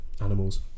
Animals